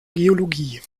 geologie